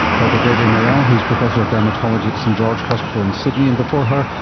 dr dedee murrell, who's professor of dermatology at st george hospital in sydney, and before her,